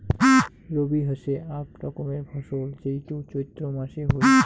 রবি হসে আক রকমের ফসল যেইটো চৈত্র মাসে হই